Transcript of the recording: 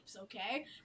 okay